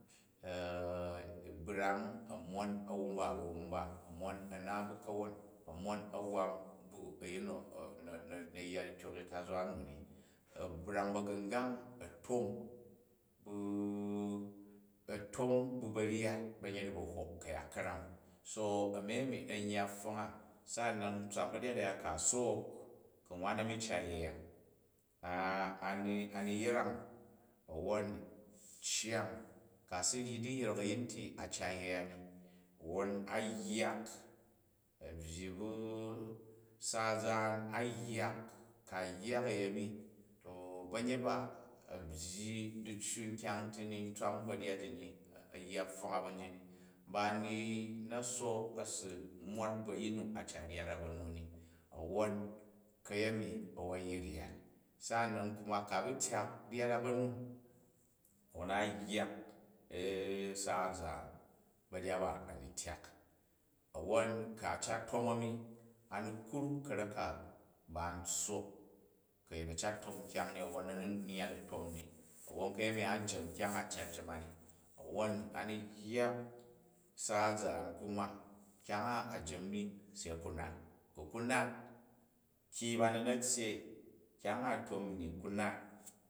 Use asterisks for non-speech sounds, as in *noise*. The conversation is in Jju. *hesitation* u brang, a̱ mon a̱wumba bu a̱wumba, a̱ mon a̱na bu ka̱won a̱ non a̱gwam bu ayin nu na̱i yya dityok fi tazwa nu kari. A̱ brang ba̱gu̱ngang, a̱ tom bu a̱ tom ba̱ryat ba̱nyet a̱ ba̱ hok kayat ka̱rum so mi-a̱mi na̱ n yya pfong a. ɗu a̱man tswam ba̱ryat a̱ya, ku a sook, ku̱ nwan a̱ni cat yei a, *hesitation* a̱ ni yrang a̱wwon u eyang, ku̱ a si ryi ɗiyrek a̱yin ti a cat yei a ni wwa ɗ yyak, a̱ byyi bu sa zaan, a̱ yyak ku̱ a̱ yyak a̱yemi to ba̱nyet ba a̱ byyi diccu kyonh ti ni tswan ba̱ryat ji ni a̱ yya pfong ba nji ni, ba ni na̱ sook a̱ si mon bu ayin nu a cat ryat a ba̱ mu m. A̱ mwa ka̱yemi a̱wwon yi ryat. Sa’anan kuma ku̱ a̱ bu tyak ryat a̱ ba̱mu, wwon a̱ yyak *hesitation* sa zaan ba̱ryat ɓa a̱ ni tyak. A rowon ku̱ a̱ cat tom a̱ni, a̱ ni kruk ka̱rek ka ba n tssop, ku̱ a̱yin a̱ cat tom bu kyang ni, a wvon a̱ ni yyat a̱ tom ni wwon ka̱yemi, a̱ jenr kyang a, a cat jem a ni. A̱ wwon a ni yyak sa zaan kuma kyang a, a jem ni se ku nat. Ku̱ ku nat ki bani na̱ tyyei kyang a, a tom, i ni ku nat.